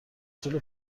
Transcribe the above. طول